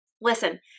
Listen